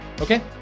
Okay